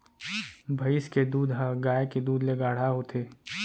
भईंस के दूद ह गाय के दूद ले गाढ़ा होथे